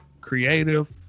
creative